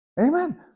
Amen